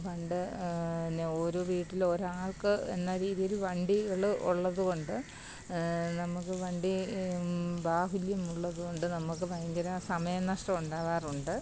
പണ്ട് എന്നാൽ ഒരുവീട്ടിൽ ഒരാൾക്ക് എന്ന രീതിയിൽ വണ്ടികൾ ഉള്ളത് കൊണ്ട് നമുക്ക് വണ്ടി ബാഹുല്യം ഉള്ളത് കൊണ്ട് നമുക്ക് ഭയങ്കര സമയം നഷ്ടം ഉണ്ടാവാറുണ്ട്